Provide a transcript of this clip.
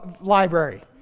library